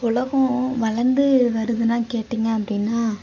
உலகம் வளர்ந்து வருதுன்னா கேட்டீங்க அப்படின்னா